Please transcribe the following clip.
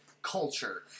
culture